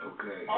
Okay